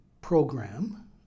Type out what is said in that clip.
program